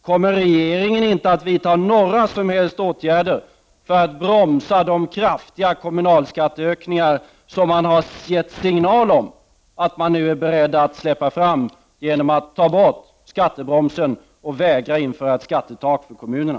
Kommer regeringen inte att vidta några som helst åtgärder för att bromsa de kraftiga kommunalskatteökningar som man har givit signal om att man nu är beredd att släppa fram genom att ta bort skattebromsen och vägra att införa ett skattetak för kommunerna?